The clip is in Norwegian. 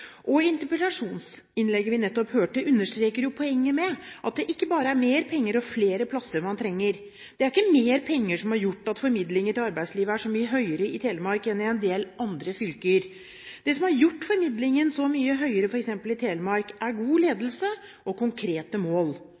Interpellasjonsinnlegget vi nettopp hørte, understreker poenget med at det ikke bare er mer penger og flere plasser man trenger. Det er ikke mer penger som har gjort at formidlingen til arbeidslivet er så mye høyere i Telemark enn i en del andre fylker. Det som har gjort formidlingen så mye høyere f.eks. i Telemark, er god ledelse og konkrete mål.